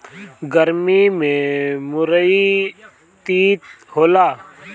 गरमी में मुरई तीत होला